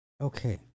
Okay